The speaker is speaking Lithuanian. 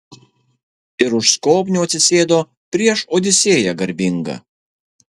ir už skobnių atsisėdo prieš odisėją garbingą